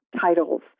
titles